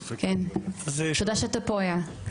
תודה שאתה פה איל.